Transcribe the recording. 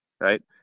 Right